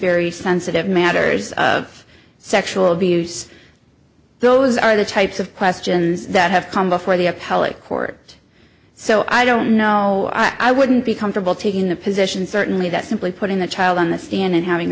very sensitive matters of sexual abuse those are the types of questions that have come before the appellate court so i don't know i wouldn't be comfortable taking the position certainly that simply putting the child on the stand and having